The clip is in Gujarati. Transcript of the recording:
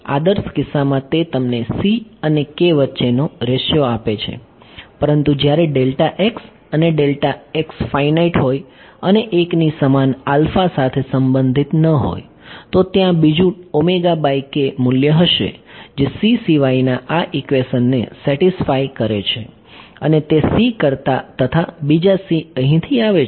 આદર્શ કિસ્સામાં તે તમને c અને k વચ્ચેનો રેશિયો આપે છે પરંતુ જ્યારે અને ફાઇનાઇટ હોય અને 1 ની સમાન આલ્ફા સાથે સંબંધિત ન હોય તો ત્યાં બીજું મૂલ્ય હશે જે c સિવાયના આ ઈક્વેશનને સેટિસફાય થાય છે અને તે c કરતાં તથા બીજા c અહીંથી આવે છે